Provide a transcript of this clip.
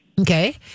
Okay